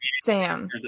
sam